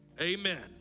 Amen